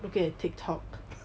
looking at tiktok